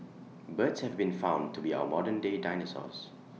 birds have been found to be our modernday dinosaurs